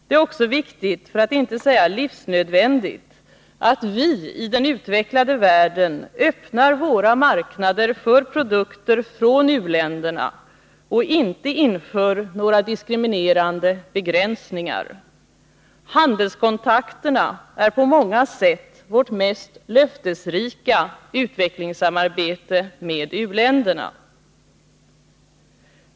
Det är också viktigt, för att inte säga livsnödvändigt, att vi i den utvecklade världen öppnar våra marknader för produkter från u-länderna och inte inför några diskriminerande begränsningar. Handelskontakterna är på många sätt vårt mest löftesrika utvecklingssamarbete med u-länderna.